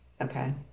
Okay